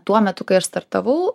tuo metu kai aš startavau